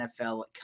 NFL